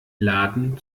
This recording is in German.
laden